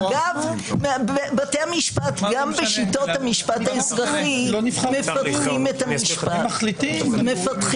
אגב בתי המשפט גם בשיטות המשפט האזרחי מפתחים את המשפט.